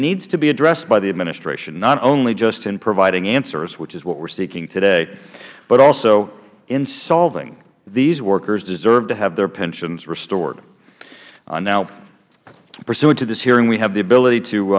needs to be addressed by the administration not only just in providing answers which is what we are seeking today but also in solving these workers deserve to have their pensions restored now pursuant to this hearing we have the ability